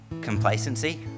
complacency